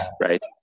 right